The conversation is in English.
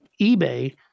ebay